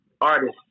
artist